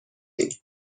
ایم